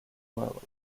role